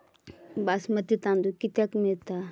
बासमती तांदूळ कितीक मिळता?